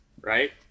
right